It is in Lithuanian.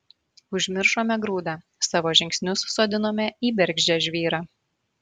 užmiršome grūdą savo žingsnius sodinome į bergždžią žvyrą